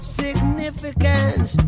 significance